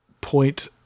point